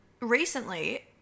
recently